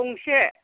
गंसे